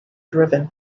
driven